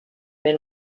been